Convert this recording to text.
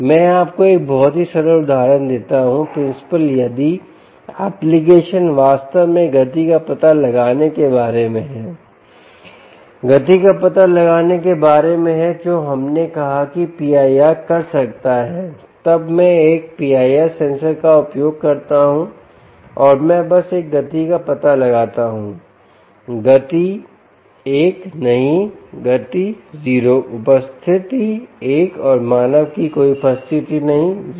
मैं आपको एक बहुत ही सरल उदाहरण देता हूं प्रिंसिपल यदि एप्लीकेशन वास्तव में गति का पता लगाने के बारे में है गति का पता लगाने के बारे में है जो हमने कहा कि PIR कर सकता है तब मैं एक PIR सेंसर का उपयोग करता हूं और मैं बस एक गति का पता लगाता हूं गति 1 नहीं गति 0 उपस्थिति 1 और मानव की कोई उपस्थिति नहीं 0